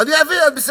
מערב פה שני נושאים.